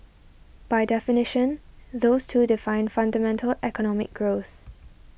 by definition those two define fundamental economic growth